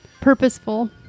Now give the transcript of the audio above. purposeful